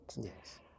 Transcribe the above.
Yes